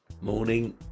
Morning